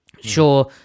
sure